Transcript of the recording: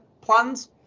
plans